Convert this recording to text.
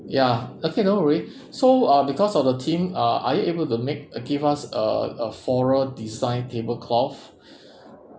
ya okay no worry so uh because of the theme uh are you able to make uh give us a a floral design tablecloth